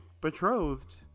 betrothed